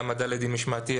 העמדה לדין משמעתי,